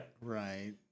Right